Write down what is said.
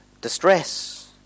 distress